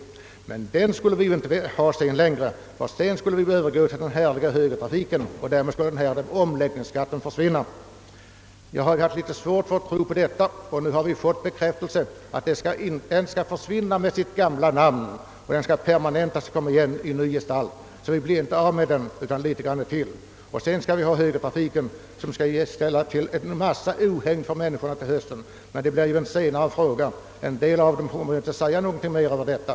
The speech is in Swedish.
Denna omställningsskatt skulle vi sedan inte ha längre, var det sagt, utan vid övergången till den »härliga» högertrafiken skulle omläggningsskatten försvinna. Jag hade litet svårt att tro på detta, och nu har vi fått bekräftelse: omläggningsskatten skall försvinna under sitt gamla namn men permanentas under ny beteckning. Vi blir inte av med skatten utan den ökas tvärtom. Sedan skall vi då få högertrafiken, som kommer att ställa till mycket ohägn för människorna under hösten. Men det blir en senare fråga. En del kommer väl inte att säga mer om detta.